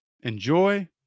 Enjoy